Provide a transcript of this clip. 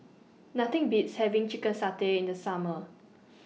Nothing Beats having Chicken Satay in The Summer